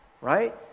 Right